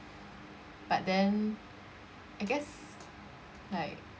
but then I guess like